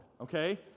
okay